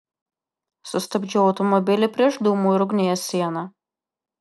sustabdžiau automobilį prieš dūmų ir ugnies sieną